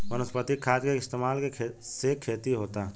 वनस्पतिक खाद के इस्तमाल के से खेती होता